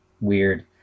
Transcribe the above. weird